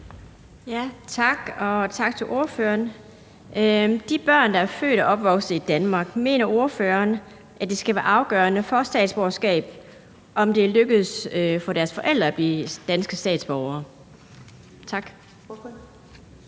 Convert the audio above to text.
Tak. Og tak til ordføreren. Det er om de børn, der er født og opvokset i Danmark – mener ordføreren der, at det skal være afgørende for at få statsborgerskab, om det er lykkedes for deres forældre at blive danske statsborgere? Tak.